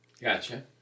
Gotcha